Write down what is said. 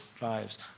lives